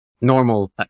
Normal